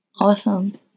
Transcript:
awesome